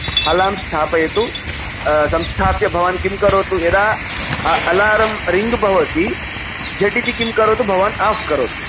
alarm स्थापयतु संस्थाप्य भवान् किं करोतु यदा अलारम् रिङ्ग् भवति झटिति किं करोतु भवान् आफ् करोतु